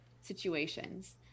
situations